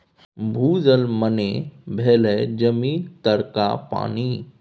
भूजल मने भेलै जमीन तरका पानि